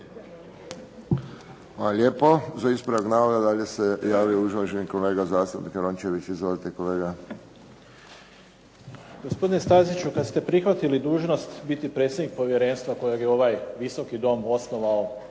lijepo. Za ispravak navoda dalje se javio uvaženi kolega zastupnik Rončević. Izvolite kolega. **Rončević, Berislav (HDZ)** Gospodine Stazić kada ste prihvatili dužnost biti predsjednik povjerenstva kojeg je ovaj Visoki dom osnovao